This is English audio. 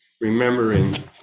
remembering